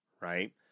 right